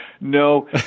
No